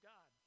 God